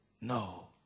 No